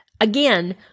Again